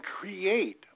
create